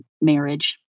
marriage